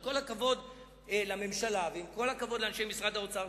עם כל הכבוד לממשלה ועם כל הכבוד לאנשי משרד האוצר,